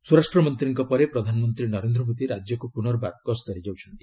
ସ୍ୱରାଷ୍ଟ୍ରମନ୍ତ୍ରୀଙ୍କ ପରେ ପ୍ରଧାନମନ୍ତ୍ରୀ ନରେନ୍ଦ୍ର ମୋଦୀ ରାଜ୍ୟକୁ ପୁନର୍ବାର ଗସ୍ତରେ ଯାଉଛନ୍ତି